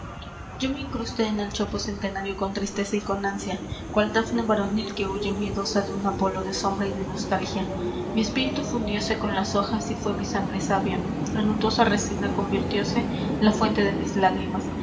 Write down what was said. o me incrusté en el chopo centenario n wsteza y con ansia dual dafne varonil que huye miedosa e un apolo de sombra y de nostalgia y espíritu fundióse con las hojas fué mi sangre savia n untosa resina convirtióse fuente de mis lágrimas